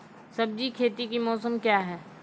सब्जी खेती का मौसम क्या हैं?